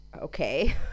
Okay